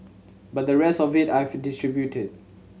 but the rest of it I've distributed